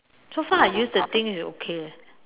so far I use the thing is okay leh